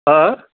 آ